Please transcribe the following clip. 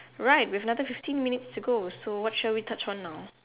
right we have another fifteen minutes to go so what should we touch on now